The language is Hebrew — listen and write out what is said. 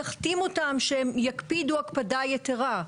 תחתים אותם שהם יקפידו הקפדה יתרה,